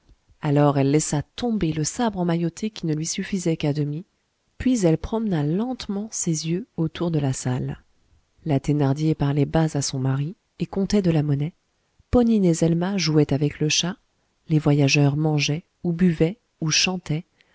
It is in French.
alors elle laissa tomber le sabre emmailloté qui ne lui suffisait qu'à demi puis elle promena lentement ses yeux autour de la salle la thénardier parlait bas à son mari et comptait de la monnaie ponine et zelma jouaient avec le chat les voyageurs mangeaient ou buvaient ou chantaient